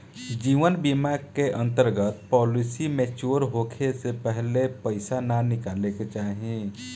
जीवन बीमा के अंतर्गत पॉलिसी मैच्योर होखे से पहिले पईसा ना निकाले के चाही